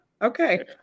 Okay